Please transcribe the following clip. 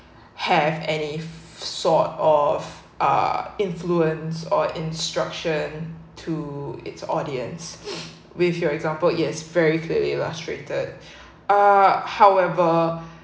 if any sort of uh influence or instruction to its audience with your example yes very clearly illustrated uh however